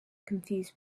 confused